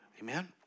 Amen